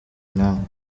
namwe